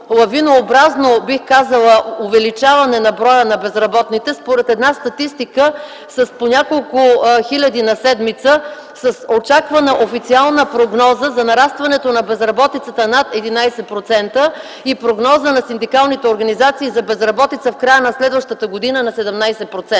лавинообразно увеличаване броя на безработните - според една статистика с по-няколко хиляди на седмица, с очаквана официална прогноза за нарастването на безработицата на 11% и прогноза на синдикалните организации за безработица в края на следващата година на 17%.